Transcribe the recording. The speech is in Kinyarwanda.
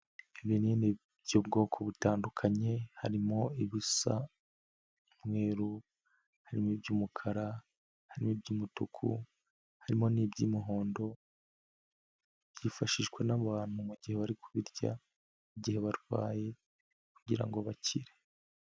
Ibinini by'ubwoko butandukanye, harimo ibisa umweru, harimo iby'umukara, harimo iby'umutuku, harimo n'iby'umuhondo, byifashishwa n'abantu mu gihe bagiye bari kubirya igihe barwaye kugira ngo bakire.